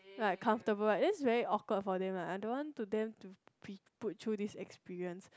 like comfortable right then it's very awkward for them ah I don't want to them to be put through this experience